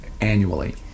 annually